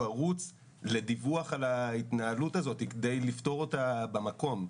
ערוץ לדיווח על ההתנהלות הזאת כדי לפתור אותה במקום.